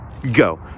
go